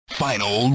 final